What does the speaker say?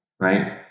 Right